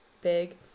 big